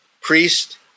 priest